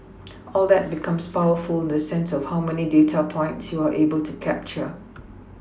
all that becomes powerful in the sense of how many data points you are able to capture